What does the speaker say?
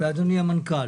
ולאדוני המנכ"ל.